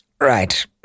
Right